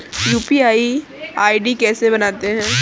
UPI ID कैसे बनाते हैं?